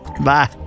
bye